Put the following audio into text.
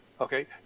Okay